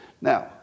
Now